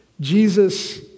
Jesus